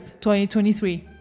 2023